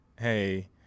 hey